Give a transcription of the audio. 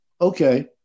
Okay